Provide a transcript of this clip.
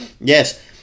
Yes